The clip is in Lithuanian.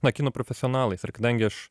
na kino profesionalais ir kadangi aš